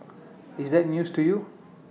is that news to you